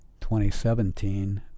2017